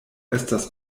estas